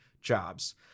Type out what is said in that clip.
jobs